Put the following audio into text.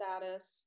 status